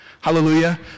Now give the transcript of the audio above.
Hallelujah